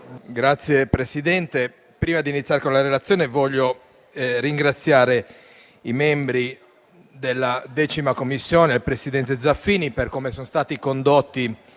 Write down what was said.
Signor Presidente, prima di iniziare a svolgere la relazione, voglio ringraziare i membri della 10ª Commissione e il presidente Zaffini per come sono stati condotti